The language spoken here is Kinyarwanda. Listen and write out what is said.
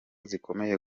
zikomeye